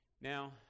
Now